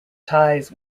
ties